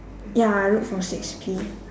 ya I wrote from six P